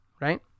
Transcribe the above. right